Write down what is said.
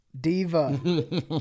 Diva